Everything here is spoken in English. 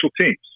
teams